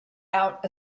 out